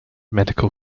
medical